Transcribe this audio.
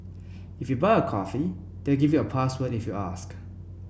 if you buy a coffee they'll give you a password if you ask